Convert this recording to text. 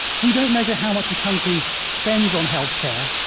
we don't measure how much a country spends on healthcare,